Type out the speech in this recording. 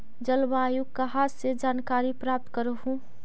जलवायु कहा से जानकारी प्राप्त करहू?